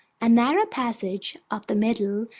a narrow passage up the middle,